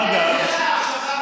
אחרי שהוא כבר שכב על האדמה.